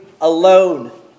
alone